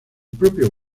propio